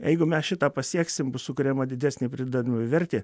jeigu mes šitą pasieksim bus sukuriama didesnė pridedamoji vertė